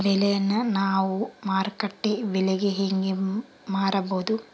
ಬೆಳೆಯನ್ನ ನಾವು ಮಾರುಕಟ್ಟೆ ಬೆಲೆಗೆ ಹೆಂಗೆ ಮಾರಬಹುದು?